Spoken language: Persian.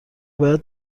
باید